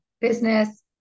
business